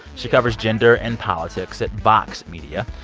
she covers gender and politics at vox media,